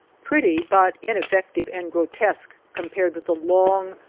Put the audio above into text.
pretty but ineffective and grotesque compared with the long,